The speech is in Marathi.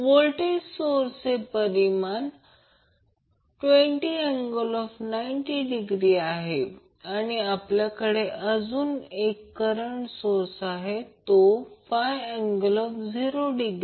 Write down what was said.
व्होल्टेज सोर्सचे परिमाण 20∠90° आहे आणि आपल्याकडे अजुन एक करंट सोर्स आहे तो 5∠0°